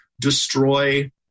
destroy